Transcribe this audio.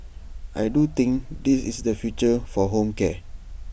I do think this is the future for home care